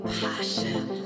passion